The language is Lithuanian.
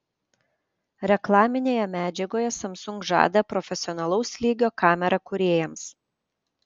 reklaminėje medžiagoje samsung žada profesionalaus lygio kamerą kūrėjams